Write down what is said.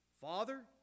Father